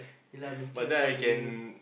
ya lah making us want to vomit